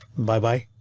bye bye.